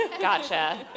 Gotcha